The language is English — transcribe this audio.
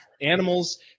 animals